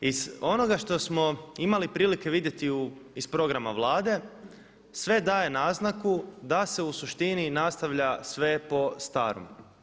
Iz onoga što smo imali prilike vidjeti iz programa Vlade sve daje naznaku da se u suštini nastavlja sve po starom.